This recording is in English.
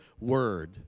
word